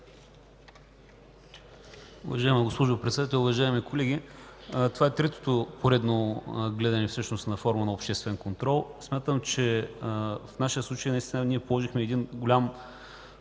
Уважаема госпожо Председател, уважаеми колеги! Това е третото поредно гледане всъщност на форма на обществен контрол. Смятам, че в нашия случай наистина ние положихме един голям